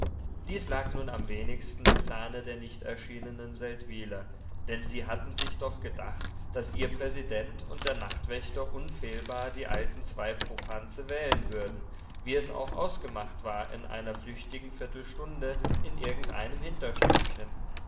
dies lag nun am wenigsten im plane der nichterschienenen seldwyler denn sie hatten sich doch gedacht daß ihr präsident und der nachtwächter unfehlbar die alten zwei popanze wählen würden wie es auch ausgemacht war in einer flüchtigen viertelstunde in irgendeinem hinterstübchen